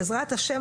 בעזרת השם,